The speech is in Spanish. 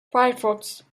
firefox